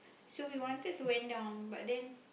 so we wanted to went down but then